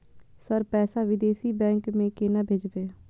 Sir पैसा विदेशी bank में केना भेजबे?